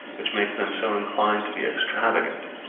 which makes them so inclined to be extravagant,